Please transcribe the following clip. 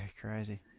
crazy